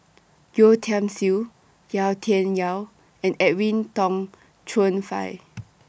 Yeo Tiam Siew Yau Tian Yau and Edwin Tong Chun Fai